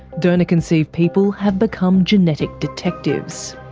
donor conceived people have become genetic detectives.